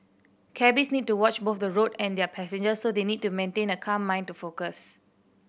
cabbies need to watch both the road and their passengers so they need to maintain a calm mind to focus